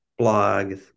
blogs